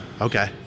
okay